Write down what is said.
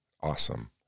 awesome